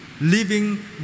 living